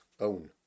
own